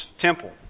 temple